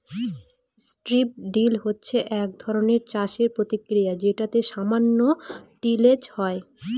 strip drill হচ্ছে এক ধরনের চাষের প্রক্রিয়া যেটাতে সামান্য টিলেজ হয়